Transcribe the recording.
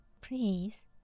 Please